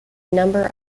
number